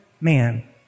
man